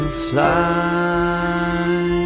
fly